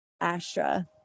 Astra